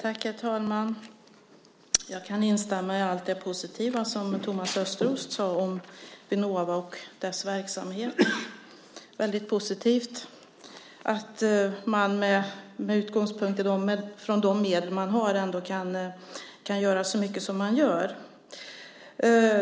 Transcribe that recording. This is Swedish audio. Herr talman! Jag kan instämma i allt det positiva som Thomas Östros sade om Vinnova och dess verksamhet. Det är väldigt positivt att man med utgångspunkt i de medel man har ändå kan göra så mycket som man gör.